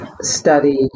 study